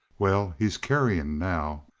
well, he's carrion now,